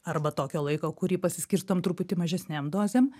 arba tokio laiko kurį pasiskirstom truputį mažesnėm dozėm